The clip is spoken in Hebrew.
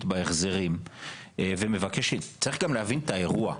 בהחזרים ומבקש ש צריך גם להבין את האירוע,